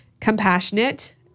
compassionate